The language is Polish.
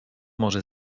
może